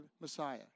Messiah